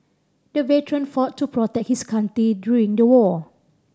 the veteran fought to protect his country during the war